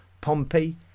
Pompey